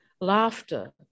laughter